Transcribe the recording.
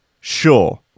Sure